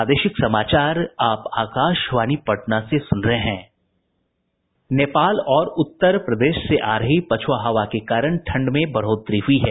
नेपाल और उत्तर प्रदेश से आ रही पछुआ हवा के कारण ठंड में बढ़ोतरी हुई है